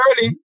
early